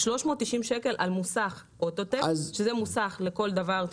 390 שקלים למוסך אוטו-טק שזה מוסך לכל דבר.